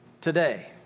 today